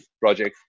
project